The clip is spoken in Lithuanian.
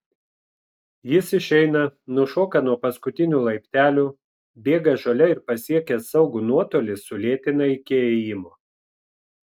jis išeina nušoka nuo paskutinių laiptelių bėga žole ir pasiekęs saugų nuotolį sulėtina iki ėjimo